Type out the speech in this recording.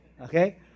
Okay